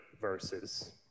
verses